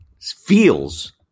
feels